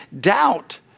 Doubt